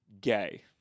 gay